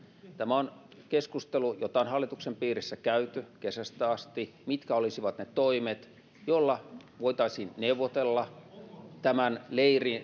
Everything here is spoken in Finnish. tämä on keskustelu jota on hallituksen piirissä käyty kesästä asti mitkä olisivat ne toimet joilla voitaisiin neuvotella tämän leiriä